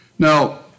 Now